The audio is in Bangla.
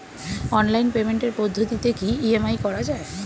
অনলাইন পেমেন্টের পদ্ধতিতে কি ই.এম.আই করা যায়?